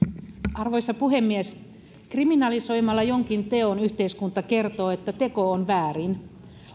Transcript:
arvoisa puhemies kriminalisoimalla jonkin teon yhteiskunta kertoo että teko on väärin